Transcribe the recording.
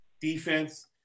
defense